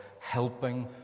helping